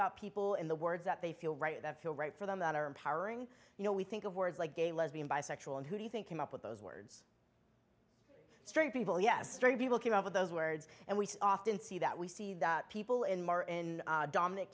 about people in the words that they feel right that feel right for them that are empowering you know we think of words like gay lesbian bisexual and who do you think came up with those words straight people yes straight people came up with those words and we often see that we see the people in more in domin